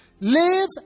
live